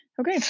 okay